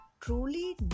truly